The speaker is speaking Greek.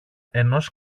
ενός